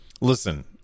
Listen